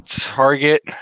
target